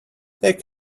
take